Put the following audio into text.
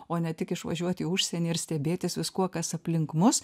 o ne tik išvažiuoti į užsienį ir stebėtis viskuo kas aplink mus